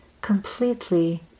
completely